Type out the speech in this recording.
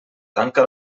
tanca